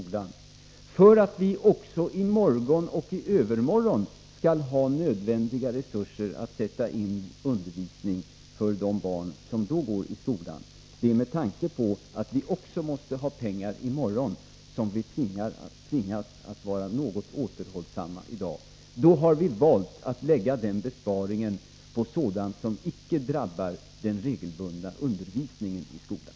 Vi tvingas att vara något återhållsam ma i dag för att vi också i morgon och i övermorgon skall ha nödvändiga resurser att sätta in i undervisningen för de barn som då går i skolan. Vi har därvid valt att göra besparingar på sådant som icke drabbar den regelbundna undervisningen i skolan.